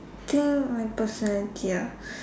think my personality ah